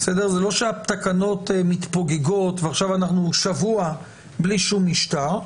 זה לא שהתקנות מתפוגגות ועכשיו אנחנו שבוע בלי שום משטר.